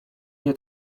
nie